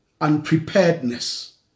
unpreparedness